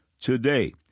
Today